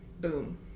boom